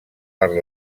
per